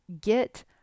get